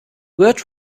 word